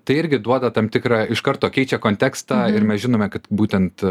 tai irgi duoda tam tikrą iš karto keičia kontekstą ir mes žinome kad būtent